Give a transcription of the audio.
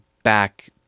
back